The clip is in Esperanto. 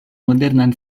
modernan